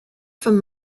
from